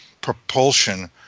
propulsion